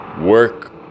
Work